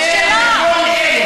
הציבור שלה.